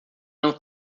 não